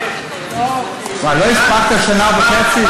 מה, לא הספקת שנה וחצי?